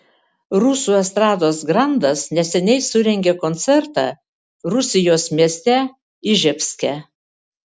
rusų estrados grandas neseniai surengė koncertą rusijos mieste iževske